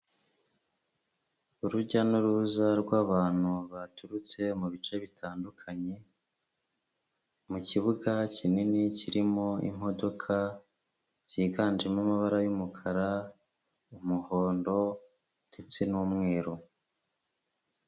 Urujya n'uruza rw'abantu baturutse mu bice bitandukanye, mu kibuga kinini kirimo imodoka. Byiganjemo amabara y'umukara, umuhondo ndetse n'umweru.